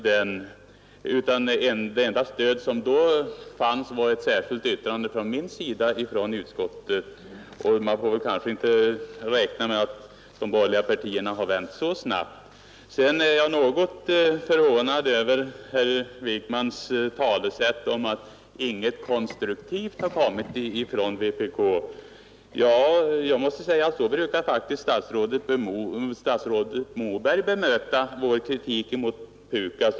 Det enda stöd som då fanns var ett särskilt yttrande från min sida i utskottet, och man får väl inte räkna med att de borgerliga partierna vänt så snabbt. Jag är något förvånad över herr Wijkmans tal om att inget konstruktivt kommit från vpk. Jag måste säga att så brukar faktiskt statsrådet Moberg bemöta vår kritik mot PUKAS.